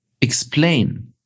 explain